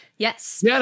Yes